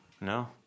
No